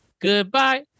Goodbye